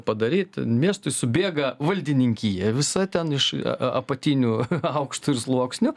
padaryt miestui subėga valdininkija visa ten iš a apatinių aukštų ir sluoksnių